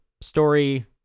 story